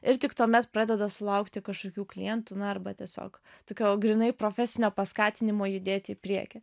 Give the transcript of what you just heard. ir tik tuomet pradeda sulaukti kažkokių klientų na arba tiesiog tokio grynai profesinio paskatinimo judėti į priekį